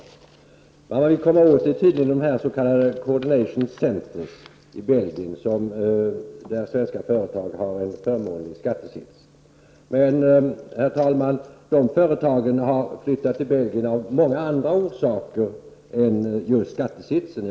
Det man vill komma åt är tydligen de s.k. Coordination Centres i Belgien, där svenska företag har en förmånlig skattesits. Men, herr talman, de företagen har flyttat till Belgien av många andra orsaker än just skattesitsen.